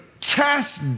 cast